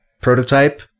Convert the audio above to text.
prototype –